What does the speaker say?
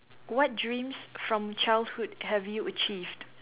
what dreams from childhood have you achieved